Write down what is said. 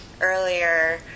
earlier